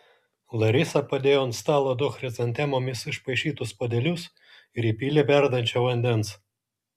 larisa padėjo ant stalo du chrizantemomis išpaišytus puodelius ir įpylė verdančio vandens